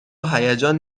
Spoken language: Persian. هیجان